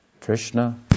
Krishna